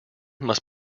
must